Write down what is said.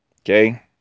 Okay